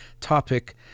topic